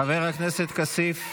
חבר הכנסת כסיף.